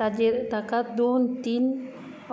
ताजेर ताका दोन तीन